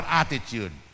attitude